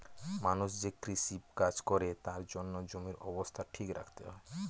মানুষ যে কৃষি কাজ করে তার জন্য জমির অবস্থা ঠিক রাখতে হয়